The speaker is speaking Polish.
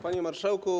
Panie Marszałku!